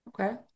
Okay